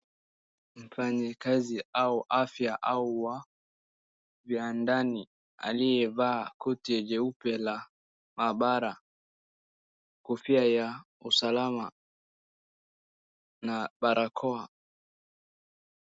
Mfanyikazi wa afya au viwandani aliyevaa koti jeupe ya maabara, kofia ya usalama na barakoa.